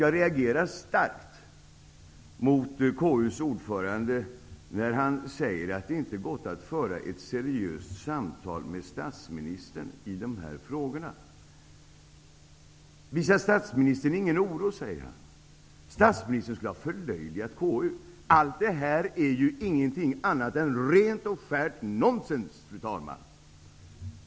Jag reagerar starkt mot KU:s ordförande, när han säger att det inte har gått att föra ett seriöst samtal med statsministern i dessa frågor. Visar statsministern ingen oro, frågar Thage G Peterson. Han påstår också att statsministern skulle ha förlöjligat KU. Allt detta är ingenting annat än rent och skärt nonsens.